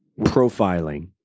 profiling